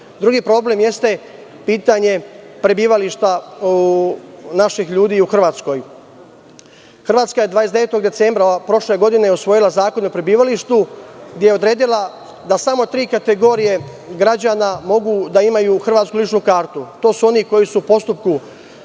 problem jeste pitanje prebivališta naših ljudi u Hrvatskoj. Hrvatska je 29. decembra prošle godine usvojila Zakon o prebivalištu, gde je odredila da smo tri kategorije građana mogu da imaju hrvatsku ličnu kartu. To su oni koji su u postupku